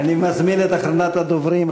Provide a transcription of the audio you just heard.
אני מזמין את אחרונת הדוברים,